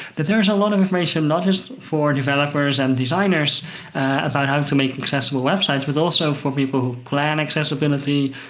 that there is a lot of information not just for developers and designers about how to make accessible websites, but also for people who plan accessibility,